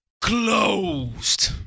closed